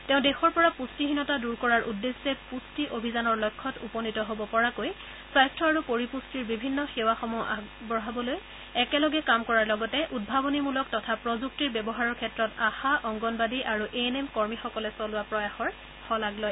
তেওঁ দেশৰ পৰা পুষ্টিহীনতা দূৰ কৰাৰ উদ্দেশ্যে পুষ্টি অভিযানৰ লক্ষ্যত উপনীত হব পৰাকৈ স্বাস্থ্য আৰু পৰিপুষ্টিৰ বিভিন্ন সেৱাসমূহ আগবঢ়াবলৈ একেলগে কাম কৰাৰ লগতে উদ্ভাৱনীমূলক তথা প্ৰযুক্তিৰ ব্যৱহাৰৰ ক্ষেত্ৰত আশা অংগনৱাড়ী আৰু এ এন এম কৰ্মীসকলে চলোৱা প্ৰয়াসৰ শলাগ লয়